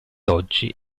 oggi